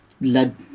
lead